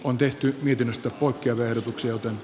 on tehty vipinästä poikia verotukselta